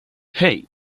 hey